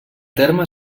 terme